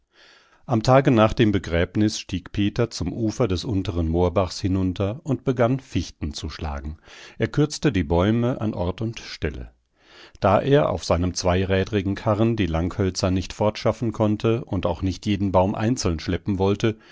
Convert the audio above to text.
am tage nach dem begräbnis stieg peter zum ufer des unteren moorbachs hinunter und begann fichten zu schlagen er kürzte die bäume an ort und stelle da er auf seinem zweirädrigen karren die langhölzer nicht fortschaffen konnte und auch nicht jeden baum einzeln schleppen wollte